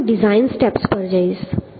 હવે હું design steps પર જઈશ